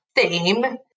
theme